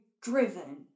driven